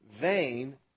vain